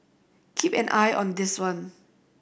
keep an eye on this one